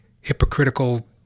hypocritical